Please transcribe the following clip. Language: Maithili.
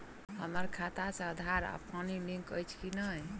हम्मर खाता सऽ आधार आ पानि लिंक अछि की नहि?